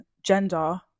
gender